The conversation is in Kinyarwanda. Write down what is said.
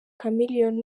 chameleone